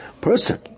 person